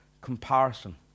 comparison